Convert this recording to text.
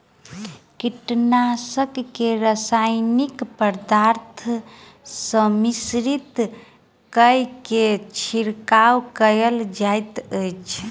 कीटनाशक के रासायनिक पदार्थ सॅ मिश्रित कय के छिड़काव कयल जाइत अछि